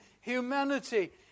humanity